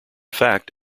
fact